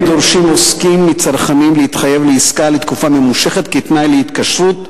דורשים עוסקים מצרכנים להתחייב לעסקה לתקופה ממושכת כתנאי להתקשרות.